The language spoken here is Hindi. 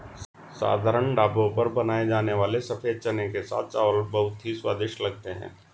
साधारण ढाबों पर बनाए जाने वाले सफेद चने के साथ चावल बहुत ही स्वादिष्ट लगते हैं